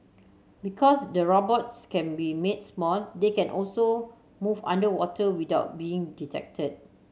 because the robots can be made small they can also move underwater without being detected